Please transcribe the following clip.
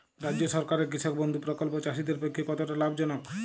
রাজ্য সরকারের কৃষক বন্ধু প্রকল্প চাষীদের পক্ষে কতটা লাভজনক?